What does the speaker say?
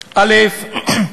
א.